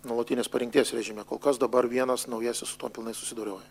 nuolatinės parengties režime kol kas dabar vienas naujasis su tuo pilnai susidoroja